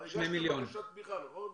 הרי הגשתם בקשת תמיכה, נכון?